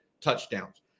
touchdowns